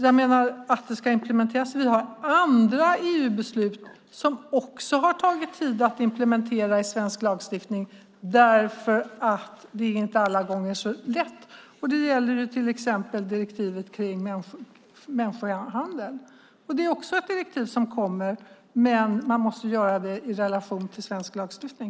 Vi har andra EU-direktiv som också har tagit tid att implementera i svensk lagstiftning eftersom det inte är så lätt alla gånger. Det gäller till exempel direktivet om människohandel. Också det kommer, men man måste göra det i relation till svensk lagstiftning.